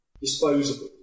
disposable